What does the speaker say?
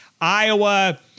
Iowa